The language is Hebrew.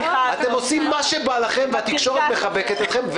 אתם עושים מה שבא לכם והתקשורת מחבקת אתכם.